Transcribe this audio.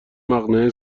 مقنعه